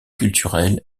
culturelle